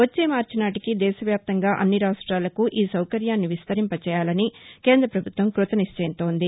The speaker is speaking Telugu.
వచ్చే మార్చి నాటికి దేశవ్యాప్తంగా అన్ని రాష్ట్రాలకూ ఈ సౌకర్యాన్ని విస్తరింప చేయాలని కేంద్ర ప్రభుత్వం కృతనిళ్చయంతో ఉంది